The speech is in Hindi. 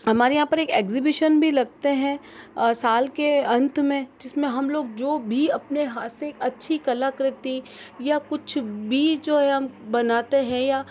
हमारे यहाँ पर एक एग्जीबिशन भी लगता है और साल के अंत में जिस में हम लोग जो भी अपने हाथ से अच्छी कलाकृति या कुछ भी जो है हम बनाते हैं या